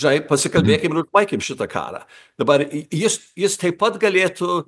žnai pasikalbėkim baikim šitą karą dabar jis jis taip pat galėtų